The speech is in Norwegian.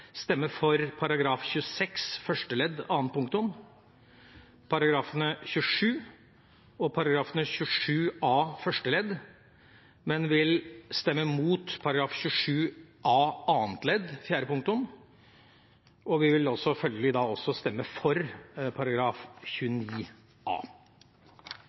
stemme for § 26 første ledd annet punktum og §§ 27 og 27 a første ledd, men vil stemme imot § 27 a annet ledd fjerde punktum. Vi vil følgelig også stemme for § 29 a.